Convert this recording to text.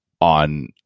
on